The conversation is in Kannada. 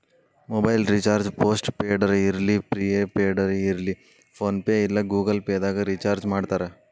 ಮೊಬೈಲ್ ರಿಚಾರ್ಜ್ ಪೋಸ್ಟ್ ಪೇಡರ ಇರ್ಲಿ ಪ್ರಿಪೇಯ್ಡ್ ಇರ್ಲಿ ಫೋನ್ಪೇ ಇಲ್ಲಾ ಗೂಗಲ್ ಪೇದಾಗ್ ರಿಚಾರ್ಜ್ಮಾಡ್ತಾರ